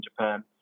Japan